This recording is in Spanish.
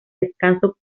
descanso